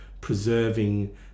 preserving